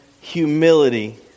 humility